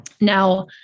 Now